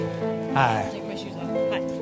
Hi